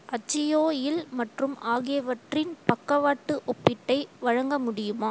அஜியோ இல் மற்றும் ஆகியவற்றின் பக்கவாட்டு ஒப்பீட்டை வழங்க முடியுமா